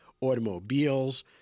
automobiles